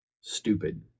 stupid